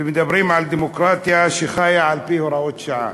ומדברים על דמוקרטיה שחיה על-פי הוראות שעה.